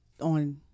on